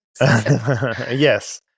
Yes